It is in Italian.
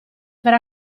per